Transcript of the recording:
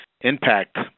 impact